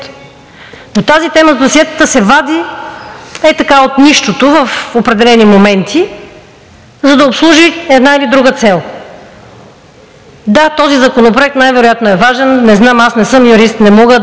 Но тази тема с досиетата се вади ей така от нищото в определени моменти, за да обслужи една или друга цел. Да, този законопроект най-вероятно е важен – не знам, не съм юрист, не мога да